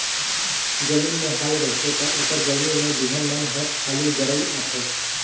जमीन में हाल रहिथे त ओखर गरमी में बिहन मन हर हालू जरई आथे